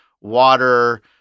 water